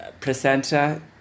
placenta